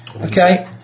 Okay